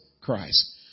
Christ